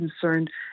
concerned